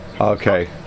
Okay